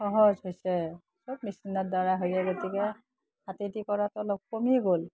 সহজ হৈছে চব মেচিনৰ দ্বাৰা হয়য়ে গতিকে হাতেদি কৰাতো অলপ কমি গ'ল